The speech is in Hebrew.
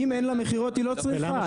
אם אין לה מכירות היא לא צריכה,